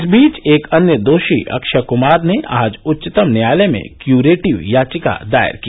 इस बीच एक अन्य दोषी अक्षय कुमार ने आज उच्चतम न्यायालय में क्युरेटिव याचिका दायर की